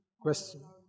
Question